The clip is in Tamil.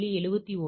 71 118